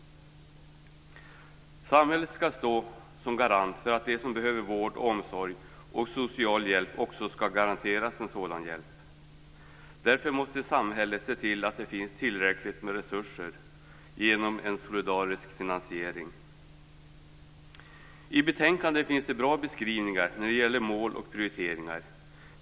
Samhället skall stå som garant för att de som behöver vård, omsorg och social hjälp också garanteras sådan hjälp. Därför måste samhället genom en solidarisk finansiering se till att det finns tillräckligt med resurser. I betänkandet finns det bra skrivningar när det gäller mål och prioriteringar.